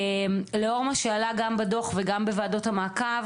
לאור מה שעלה בדו"ח וגם בוועדות המעקב